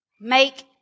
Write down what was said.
Make